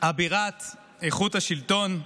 אבירת איכות השלטון,